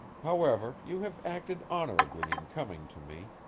however, you have acted honorably in coming to me,